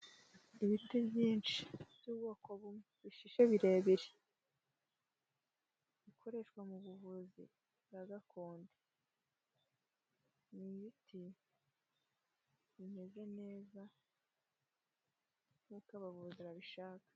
Ibiti byinshi by'ubwoko bumwe bishishe birebire, bikoreshwa mu buvuzi bwa gakondo, n'ibiti bimeze neza nkuko abavuzi babishaka.